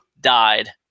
died